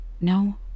No